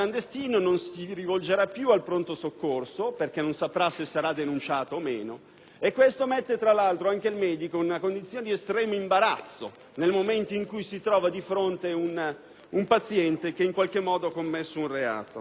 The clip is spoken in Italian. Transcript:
questo pone anche il medico in una condizione di estremo imbarazzo, nel momento in cui si troverà di fronte un paziente che ha commesso un reato. È una situazione assolutamente imbarazzante da tutti i punti di vista.